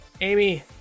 Amy